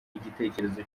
igitekerezo